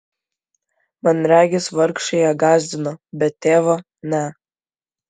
man regis vargšai ją gąsdino bet tėvo ne